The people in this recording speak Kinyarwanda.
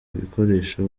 ibikoresho